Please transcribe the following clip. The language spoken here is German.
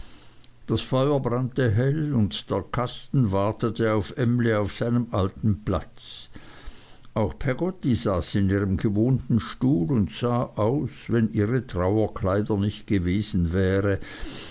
das feuer brannte hell und der kasten wartete auf emly auf seinem alten platz auch peggotty saß in ihrem gewohnten stuhl und sah aus wenn ihre trauerkleider nicht gewesen wären